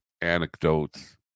anecdotes